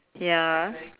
ya